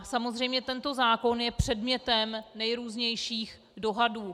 Samozřejmě tento zákon je předmětem nejrůznějších dohadů.